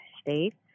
states